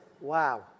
Wow